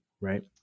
right